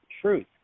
truth